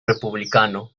republicano